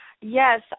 Yes